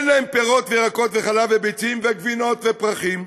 אין להם פירות וירקות וחלב וביצים וגבינות ופרחים.